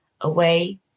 away